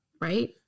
Right